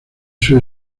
eso